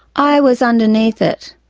i was underneath it,